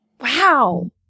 Wow